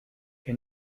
que